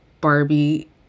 Barbie